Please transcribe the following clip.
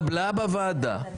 הסתייגות בוועדה,